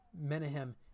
Menahem